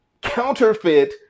counterfeit